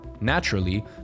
naturally